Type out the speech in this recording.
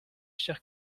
chers